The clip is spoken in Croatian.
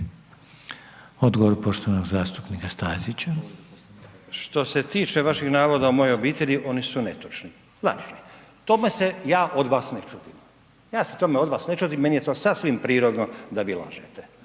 Odgovor poštovanog zastupnika Stazića. **Stazić, Nenad (SDP)** Što se tiče vaših navoda o mojoj obitelji, oni su netočni, lažni, tome se ja od vas ne čudim. Ja se tome od vas ne čudim, meni je to sasvim prirodno da vi lažete,